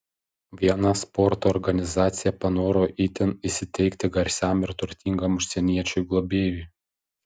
viena sporto organizacija panoro itin įsiteikti garsiam ir turtingam užsieniečiui globėjui